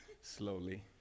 Slowly